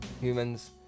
humans